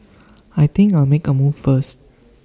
I think I'll make A move first